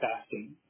fasting